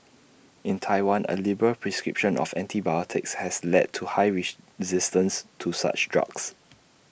in Taiwan A liberal prescription of antibiotics has led to high reach resistance to such drugs